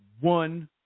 one